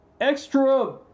extra